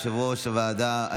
יושב-ראש הוועדה,